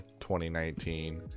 2019